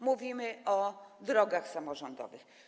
Mówimy o drogach samorządowych.